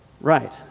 right